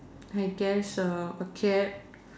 I guess a cat